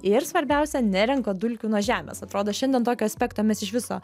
ir svarbiausia nerenka dulkių nuo žemės atrodo šiandien tokio aspekto mes iš viso